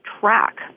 track